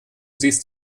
siehst